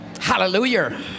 Hallelujah